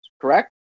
Correct